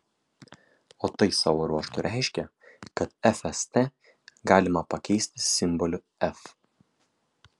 o tai savo ruožtu reiškia kad fst galima pakeisti simboliu f